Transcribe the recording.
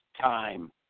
time